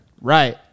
Right